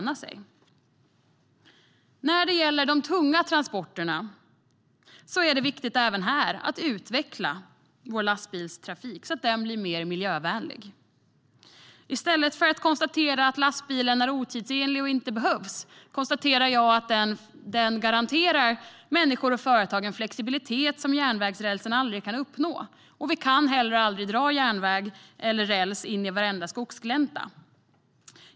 När det gäller de tunga transporterna är det viktigt att utveckla vår lastbilstrafik så att den blir mer miljövänlig. I stället för att konstatera att lastbilar är otidsenliga och inte behövs konstaterar jag att de garanterar människor och företag en flexibilitet som järnvägsrälsen aldrig kan uppnå. Vi kan heller aldrig dra järnväg eller räls in i varenda skogsglänta.